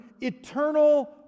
eternal